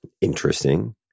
Interesting